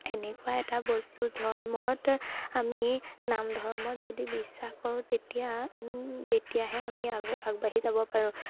এনেকুৱা এটা বস্তু ধৰ্মত আমি নাম ধৰ্মত যদি বিশ্বাস কৰোঁ তেতিয়া তেতিয়াহে আমি আগ আগবাঢ়ি যাব পাৰোঁ